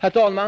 Herr talman!